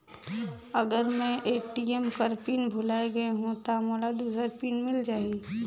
अगर मैं ए.टी.एम कर पिन भुलाये गये हो ता मोला दूसर पिन मिल जाही?